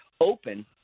open –